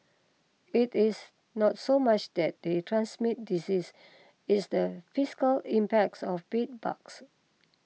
it is not so much that they transmit disease it's the fiscal impacts of bed bugs